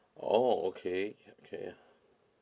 oh okay okay ya